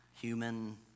human